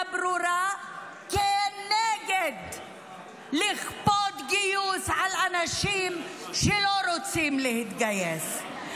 ברורה נגד לכפות גיוס על אנשים שלא רוצים להתגייס.